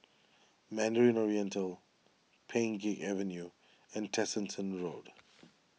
Mandarin Oriental Pheng Geck Avenue and Tessensohn Road